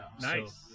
Nice